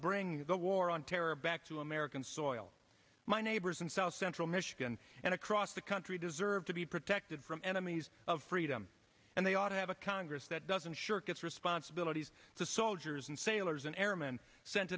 bring the war on terror back to american soil my neighbors in south central michigan and across the country deserve to be protected from enemies of freedom and they ought to have a congress that doesn't shirk its responsibilities to soldiers and sailors